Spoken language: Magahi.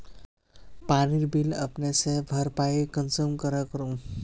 पानीर बिल अपने से भरपाई कुंसम करे करूम?